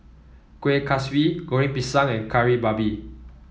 Kuih Kaswi Goreng Pisang and Kari Babi